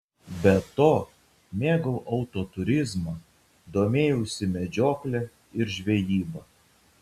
be to mėgau autoturizmą domėjausi medžiokle ir žvejyba